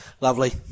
Lovely